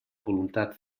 voluntat